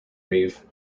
reeve